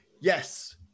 Yes